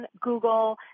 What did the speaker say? Google